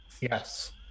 Yes